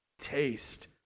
taste